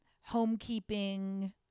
homekeeping